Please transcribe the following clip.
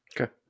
Okay